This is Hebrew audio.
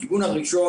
הכיוון הראשון,